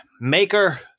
Maker